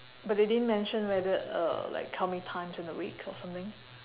but they didn't mention whether uh like how many times in a week or something